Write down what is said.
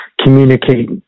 communicate